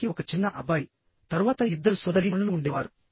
అతనికి ఒక చిన్న అబ్బాయి తరువాత ఇద్దరు సోదరీమణులు ఉండేవారు